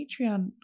Patreon